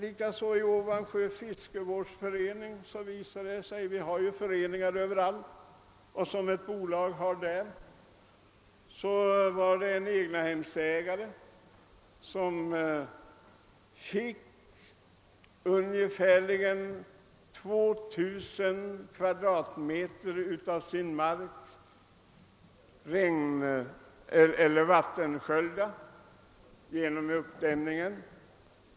I Ovansjö fiskevårdsförening — det finns ju föreningar överallt — var det en hemmansägare som fick ungefär 2000 kvadratmeter av sin mark översvämmad genom uppdämning.